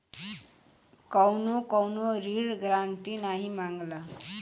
कउनो कउनो ऋण गारन्टी नाही मांगला